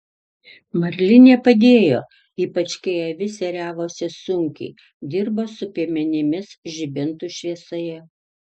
marlinė padėjo ypač kai avis ėriavosi sunkiai dirbo su piemenimis žibintų šviesoje